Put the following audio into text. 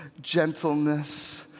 gentleness